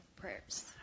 prayers